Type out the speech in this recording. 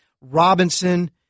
Robinson